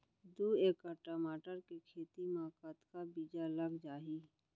दू एकड़ टमाटर के खेती मा कतका बीजा लग जाही?